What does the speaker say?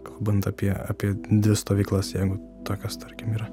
kalbant apie apie dvi stovyklas jeigu tokios tarkim yra